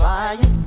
Fire